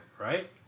Right